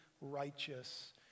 righteous